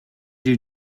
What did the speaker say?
you